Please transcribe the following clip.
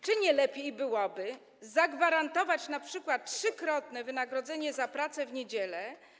Czy nie lepiej byłoby zagwarantować np. trzykrotne wynagrodzenie za pracę w niedziele?